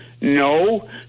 no